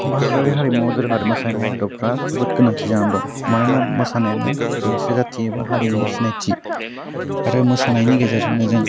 भारतारि हारिमुयाव दोरोङारि मोसानाय आदबफ्रा जोबोद गोनांथि जानानै दं मानोना मोसानायानो मोनसे जाथि एबा हारिनि सिनायथि आरो मोसानायनि गेजेरजोंनो जों